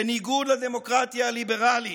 בניגוד לדמוקרטיה הליברלית,